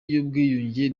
y’ubwiyunge